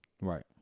Right